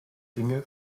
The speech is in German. dinge